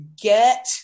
get